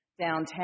downtown